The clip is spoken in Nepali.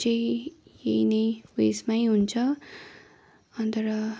चाहिँ यही नै उइसमै हुन्छ अन्त र